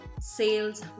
sales